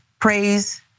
praise